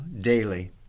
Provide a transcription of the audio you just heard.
daily